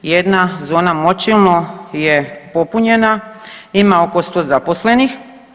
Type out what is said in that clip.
Jedna zona Močilno je popunjena, ima oko sto zaposlenih.